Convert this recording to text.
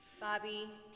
Bobby